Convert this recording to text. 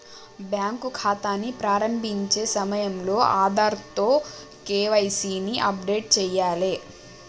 bank ఖాతాని ప్రారంభించే సమయంలో ఆధార్తో కేవైసీ ని అప్డేట్ చేయాలే